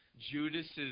Judas